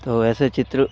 तो ऐसे चित्र